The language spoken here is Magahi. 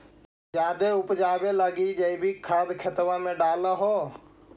जायदे उपजाबे लगी जैवीक खाद खेतबा मे डाल हो?